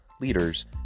leaders